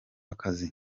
akazi